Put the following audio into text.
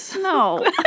No